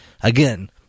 Again